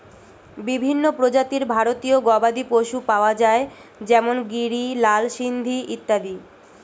বিভিন্ন প্রজাতির ভারতীয় গবাদি পশু পাওয়া যায় যেমন গিরি, লাল সিন্ধি ইত্যাদি